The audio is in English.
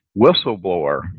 whistleblower